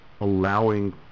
allowing